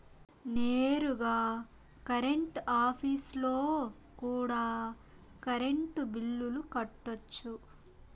నేరుగా కరెంట్ ఆఫీస్లో కూడా కరెంటు బిల్లులు కట్టొచ్చు